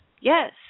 Yes